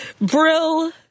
Brill